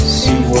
see